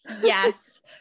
yes